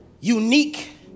unique